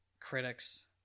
critics